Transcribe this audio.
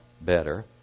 better